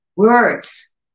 Words